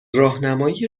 راهنمایی